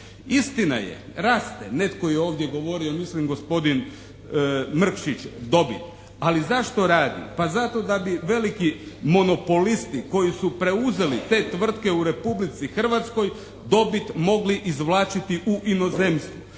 Istina je raste, netko je ovdje govorio mislim gospodin Mrkšić dobit, ali zašto radi? Pa zato da bi veliki monopolisti koji su preuzeli te tvrtke u Republici Hrvatskoj dobit mogli izvlačiti u inozemstvu.